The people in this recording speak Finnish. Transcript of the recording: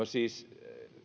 siis